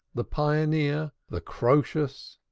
the pioneer, the croesus,